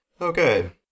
Okay